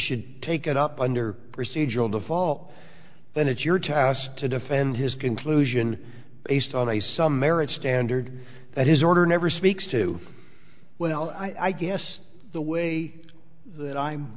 should take it up under procedural default then it's your task to defend his conclusion based on a some merit standard that his order never speaks to well i guess the way that i'm